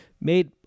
made